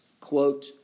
quote